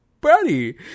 Buddy